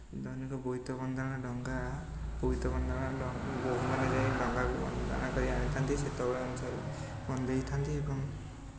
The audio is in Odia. ଦୈନିକ ବୋଇତ ବନ୍ଦାଣ ଡଙ୍ଗା ବୋଇତ ବନ୍ଦାଣ ବନ୍ଦେଇ ଥାଆନ୍ତି ଏବଂ